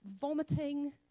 vomiting